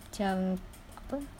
macam apa